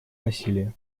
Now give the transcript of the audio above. насилия